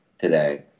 today